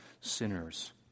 sinners